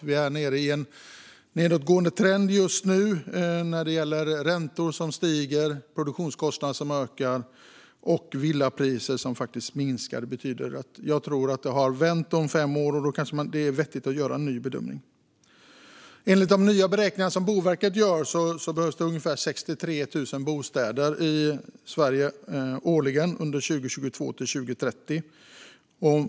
Vi är ju i en nedåtgående trend just nu med stigande räntor, ökande produktionskostnader och sjunkande villapriser. Jag tror att detta har vänt om fem år. Då kanske det är vettigt att göra en ny bedömning. Enligt de nya beräkningar som Boverket gör behövs ungefär 63 000 bostäder i Sverige årligen under 2022-2030.